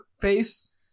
face